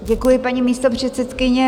Děkuji, paní místopředsedkyně.